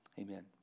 amen